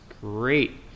great